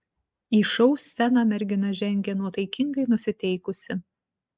į šou sceną mergina žengė nuotaikingai nusiteikusi